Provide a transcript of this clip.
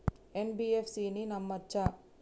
NBFC ని నమ్మచ్చా?